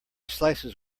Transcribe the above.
slices